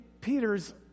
Peter's